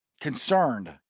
concerned